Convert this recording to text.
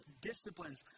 disciplines